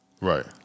Right